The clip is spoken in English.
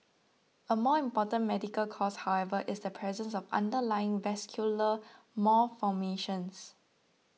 a more important medical cause however is the presence of underlying vascular malformations